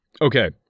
Okay